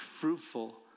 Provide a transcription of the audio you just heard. fruitful